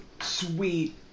Sweet